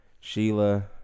Sheila